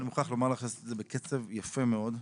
אני מוכרח לומר לך שעשית את זה בקצב יפה מאוד.